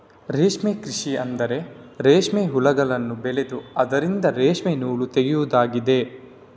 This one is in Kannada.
ರೇಷ್ಮೆ ಕೃಷಿ ಅಂದ್ರೆ ರೇಷ್ಮೆ ಹುಳಗಳನ್ನ ಬೆಳೆದು ಅದ್ರಿಂದ ರೇಷ್ಮೆ ನೂಲು ತೆಗೆಯುದಾಗಿದೆ